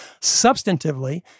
Substantively